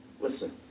Listen